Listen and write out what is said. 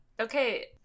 Okay